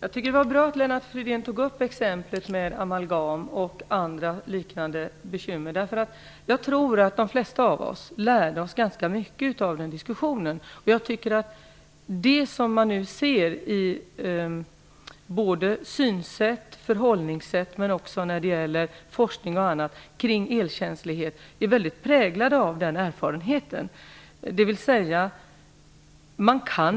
att det är bra att Lennart Fridén tog upp exemplet med amalgam och andra liknande bekymmer. Jag tror att de flesta av oss lärde sig ganska mycket av den diskussionen. Synsätt, förhållningssätt, forskning m.m. kring elkänslighet präglas mycket av erfarenheten från diskussionen om amalgam.